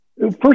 First